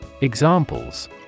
Examples